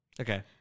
Okay